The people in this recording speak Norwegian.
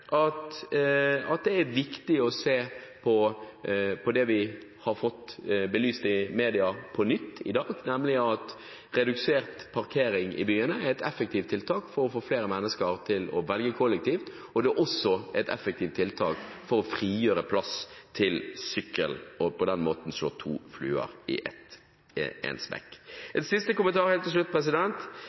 understreke at det er viktig å se på det vi har fått belyst i media på nytt i dag, nemlig at redusert parkering i byene er et effektivt tiltak for å få flere mennesker til å velge kollektivt, og det er også et effektivt tiltak for å frigjøre plass til sykkel og på den måten slå to fluer i én smekk. En siste kommentar helt til slutt: